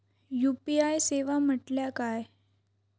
UPI सेवा म्हटल्या काय?